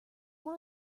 one